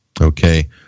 okay